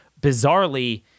bizarrely